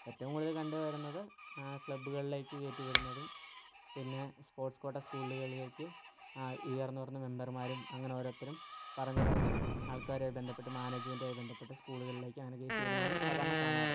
ഏറ്റവും കൂടുതൽ കണ്ടു വരുന്നത് ക്ലബുകളിലേക്ക് കയറ്റി വിടുന്നതും പിന്നെ സ്പോർട്സ് ക്വാട്ട സ്കൂളുകളിലേക്ക് ഉയർന്നുയർന്നു മെമ്പർമാരും അങ്ങനെ ഓരോരുത്തരും പറഞ്ഞു പറഞ്ഞ് ആൾക്കാരുമായി ബന്ധപ്പെട്ട് മാനേജ്മെൻ്റുമായി ബന്ധപ്പെട്ട് സ്കൂളുകളിലേക്ക് അങ്ങനെ കയറ്റി വിടുന്നതാണ് സാധാരണ കാണാറ്